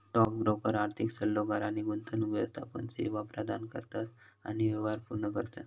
stock broker आर्थिक सल्लोगार आणि गुंतवणूक व्यवस्थापन सेवा प्रदान करतत आणि व्यवहार पूर्ण करतत